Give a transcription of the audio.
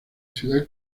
ciudad